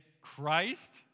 Christ